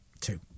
two